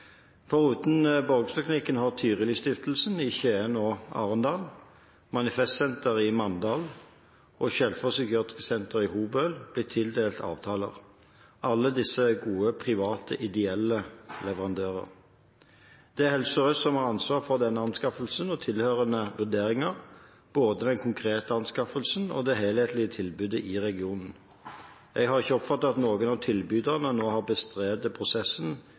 har Tyrilistiftelsen i Skien og Arendal, Skjelfoss Psykiatriske Senter i Hobøl og Manifestsenteret blitt tildelt avtaler. Alle disse er gode private, ideelle leverandører. Det er Helse Sør-Øst som har ansvar for denne anskaffelsen og tilhørende vurderinger, både den konkrete anskaffelsen og det helhetlige tilbudet i regionen. Jeg har ikke oppfattet at noen av tilbyderne har bestridd prosessen